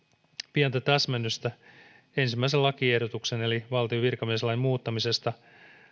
pientä täsmennystä ensimmäiseen lakiehdotukseen eli valtion virkamieslain muuttamisesta